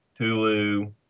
Hulu